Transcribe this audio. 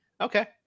Okay